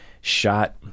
shot